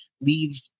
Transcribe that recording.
leave